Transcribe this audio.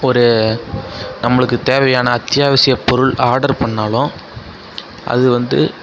ஒரு நம்மளுக்குத் தேவையான அத்தியாவசியப் பொருள் ஆட்ரு பண்ணாலும் அது வந்து